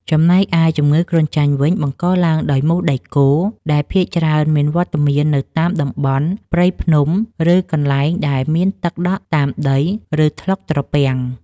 ចំណែកឯជំងឺគ្រុនចាញ់វិញបង្កឡើងដោយមូសដែកគោលដែលភាគច្រើនមានវត្តមាននៅតាមតំបន់ព្រៃភ្នំ ឬកន្លែងដែលមានទឹកដក់តាមដី និងថ្លុកត្រពាំង។